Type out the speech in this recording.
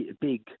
big